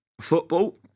football